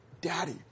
Daddy